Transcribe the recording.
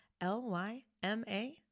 L-Y-M-A